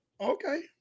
Okay